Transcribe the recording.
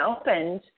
opened